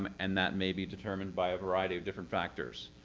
um and that may be determined by a variety of different factors.